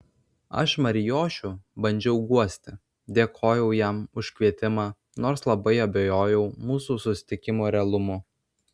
aš marijošių bandžiau guosti dėkojau jam už kvietimą nors labai abejojau mūsų susitikimo realumu